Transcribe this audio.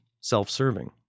self-serving